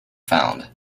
found